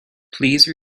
please